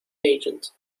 agent